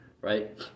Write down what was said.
Right